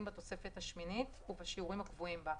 בתוספת השמינית ובשיעורים הקבועים בה.